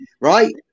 Right